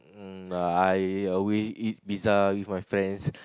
mm I always eat pizza with my friends